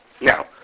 Now